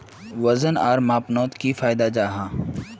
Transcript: वजन आर मापनोत की फायदा जाहा?